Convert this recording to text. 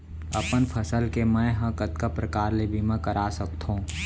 अपन फसल के मै ह कतका प्रकार ले बीमा करा सकथो?